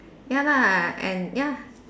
ya lah and ya